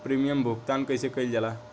Premium भुगतान कइसे कइल जाला?